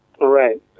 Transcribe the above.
Right